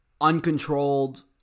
uncontrolled